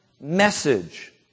message